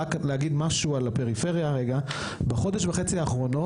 רק להגיד רגע משהו על הפריפריה: בחודש וחצי האחרונים